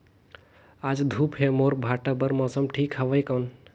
आज धूप हे मोर भांटा बार मौसम ठीक हवय कौन?